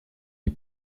les